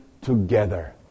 together